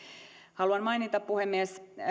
haluan mainita puhemies